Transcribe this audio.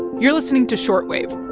you're listening to short wave